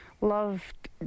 loved